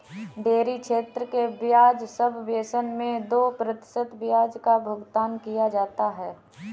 dairy क्षेत्र के ब्याज सबवेसन मैं दो प्रतिशत ब्याज का भुगतान किया जाता है